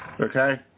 okay